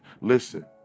Listen